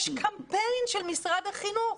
יש קמפיין של משרד החינוך.